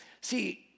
see